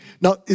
Now